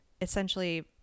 essentially